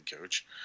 coach